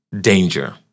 danger